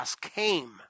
came